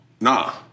Nah